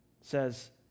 says